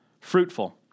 fruitful